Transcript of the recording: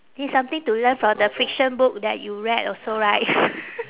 it's something to learn from the fiction book that you read also right